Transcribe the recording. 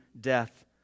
death